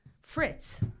Fritz